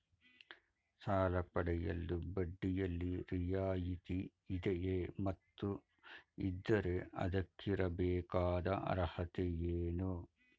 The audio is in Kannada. ಸಾಲ ಪಡೆಯಲು ಬಡ್ಡಿಯಲ್ಲಿ ರಿಯಾಯಿತಿ ಇದೆಯೇ ಮತ್ತು ಇದ್ದರೆ ಅದಕ್ಕಿರಬೇಕಾದ ಅರ್ಹತೆ ಏನು?